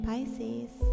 Pisces